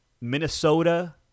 Minnesota